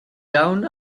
down